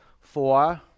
Four